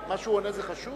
מה שהוא עונה זה חשוב,